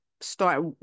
start